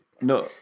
No